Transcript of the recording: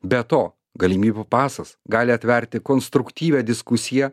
be to galimybių pasas gali atverti konstruktyvią diskusiją